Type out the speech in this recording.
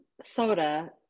soda